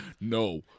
no